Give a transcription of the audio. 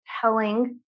telling